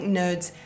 nerds